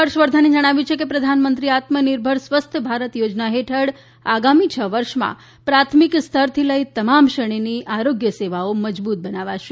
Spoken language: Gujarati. હર્ષવર્ધને જણાવ્યું કે પ્રધાનમંત્રી આત્મનિર્ભર સ્વસ્થ ભારત યોજના હેઠળ આગામી છ વર્ષમાં પ્રાથમિક સ્તરથી લઈને તમામ શ્રેણીની આરોગ્ય સેવાઓ મજબૂત બનાવાશે